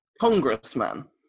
congressman